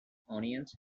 onions